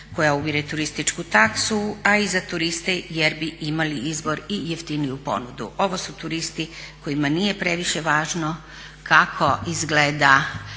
koja ubire turističku taksu a i za turiste jer bi imali izbor i jeftiniju ponudu. Ovo su turisti kojima nije previše važno kako izgleda